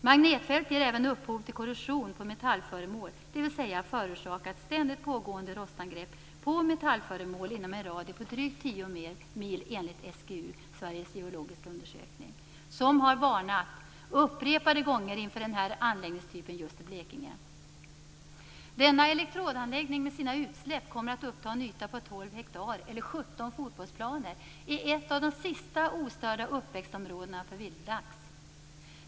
Magnetfält ger även upphov till korrosion på metallföremål, dvs. förorsakar ett ständigt pågående rostangrepp på metallföremål inom en radie på drygt tio mil enligt SGU, Sveriges geologiska undersökning, som har varnat upprepade gånger inför den här anläggningstypen just i Blekinge. Denna elektrodanläggning med sina utsläpp kommer att uppta en yta på 12 ha eller 17 fotbollsplaner i ett av de sista ostörda uppväxtområdena för vildlax.